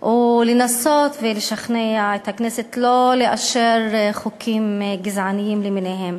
הוא לנסות ולשכנע את הכנסת לא לאשר חוקים גזעניים למיניהם,